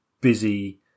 busy